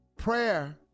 Prayer